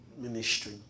ministry